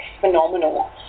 phenomenal